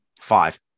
five